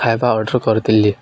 ଖାଇବା ଅର୍ଡ଼ର୍ କରିଥିଲି